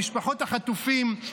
למשפחות החטופים.